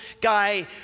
guy